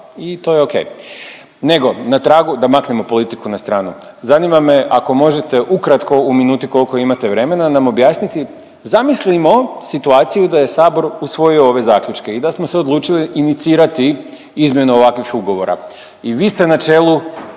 i to je okej. Nego, na tragu, da maknemo politiku na stranu. Zanima me, ako možete ukratko u minuti, koliko imate vremena nam objasniti, zamislimo situaciju da je Sabor usvojio ove zaključke i da smo se odlučili inicirati izmjene ovakvih ugovora i vi ste na čelu